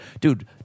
Dude